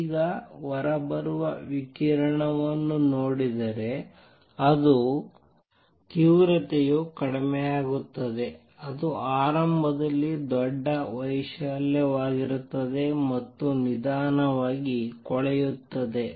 ಈಗ ಹೊರಬರುವ ವಿಕಿರಣವನ್ನು ನೋಡಿದರೆ ಅದು ತೀವ್ರತೆಯು ಕಡಿಮೆಯಾಗುತ್ತದೆ ಅದು ಆರಂಭದಲ್ಲಿ ದೊಡ್ಡ ವೈಶಾಲ್ಯವಾಗಿರುತ್ತದೆ ಮತ್ತು ನಿಧಾನವಾಗಿ ಕೊಳೆಯುತ್ತದೆ